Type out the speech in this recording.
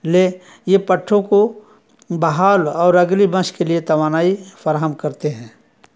لے یہ پٹھوں کو بحال اور اگلی مشق کے لیے توانائی فراہم کرتے ہیں